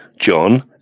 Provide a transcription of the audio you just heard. John